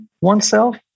oneself